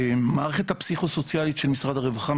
מערכת הפסיכו-סוציאלית של משרד הרווחה,